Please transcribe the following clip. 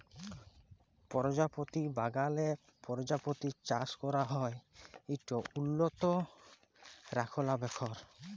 পরজাপতি বাগালে পরজাপতি চাষ ক্যরা হ্যয় ইট উল্লত রখলাবেখল